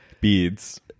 Beads